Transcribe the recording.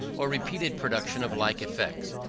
or repeated production of like effects.